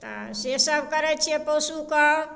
तऽ से सब करै छियै पशुके